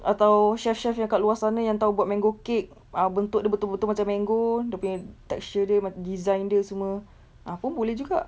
atau chef chef yang dekat luar sana yang tahu buat mango cake ah bentuk dia betul-betul macam mango dia punya texture dia ma~ design dia semua ah pun boleh juga